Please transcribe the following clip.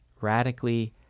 radically